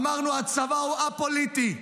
אמרנו: הצבא הוא א-פוליטי,